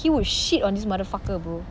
he will shit on this motherfucker bro